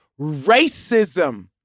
racism